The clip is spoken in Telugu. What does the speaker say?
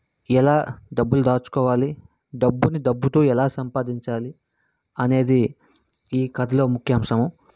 ఎలా డబ్బులు దాచుకోవాలి డబ్బుని డబ్బుతో ఎలా సంపాదించాలి అనేది ఈ కథలో ముఖ్య అంశము